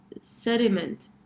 sediment